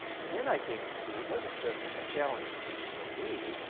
and then i came to see it wasn't just a challenge for me,